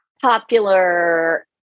popular